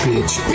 Bitch